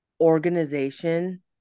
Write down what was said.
organization